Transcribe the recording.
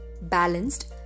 balanced